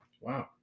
Wow